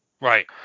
right